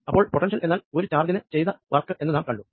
അപ്പോൾ പൊട്ടൻഷ്യൽ എന്നാൽ ഒരു ചാർജിന് ചെയ്ത വർക്ക് എന്ന് നാം കണ്ടു